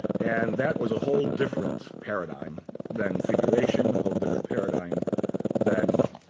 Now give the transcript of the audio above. and that was a whole different paradigm than configuration, a whole different paradigm than